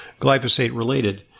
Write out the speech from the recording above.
glyphosate-related